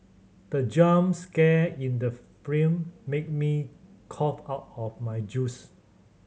the jump scare in the frame made me cough out my juice